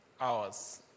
hours